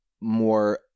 more